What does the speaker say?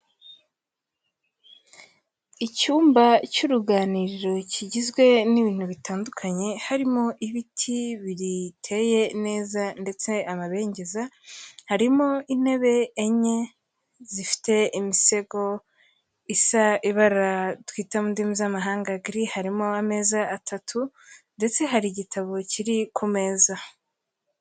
Icyumba cy'uruganiriro kigizwe n'ibintu bitandukanye, harimo ibiti biteye neza ndetse amabengeza, harimo intebe enye zifite imisego isa ibara twita mu ndimi z'amahanga giri, harimo ameza atatu ndetse hari igitabo kiri ku meza.